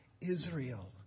Israel